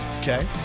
Okay